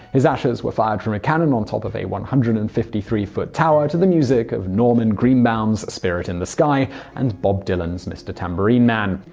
his ashes were fired from a cannon on top of a one hundred and fifty three foot tower to the music of norman greenbaum's spirit in the sky and bob dylan's mr. tambourine man.